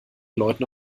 leuten